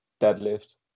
deadlift